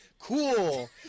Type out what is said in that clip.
cool